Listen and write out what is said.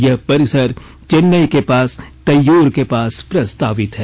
यह परिसर चेन्नई के पास तय्यूर के पास प्रस्तावित है